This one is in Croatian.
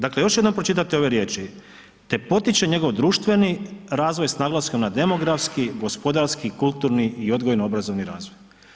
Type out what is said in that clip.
Dakle još jednom pročitajte ove riječi te potiče njegov društveni razvoj s naglaskom na demografski, gospodarski, kulturni i odgojno obrazovni razvoj.